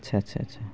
আচ্ছ আচ্ছ আচ্ছা